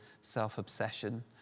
self-obsession